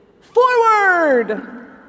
forward